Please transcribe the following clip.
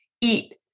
eat